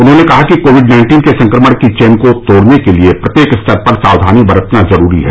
उन्होंने कहा कि कोविड नाइन्टीन के संक्रमण की चेन को तोड़ने के लिये प्रत्येक स्तर पर सावधानी बरतना जरूरी है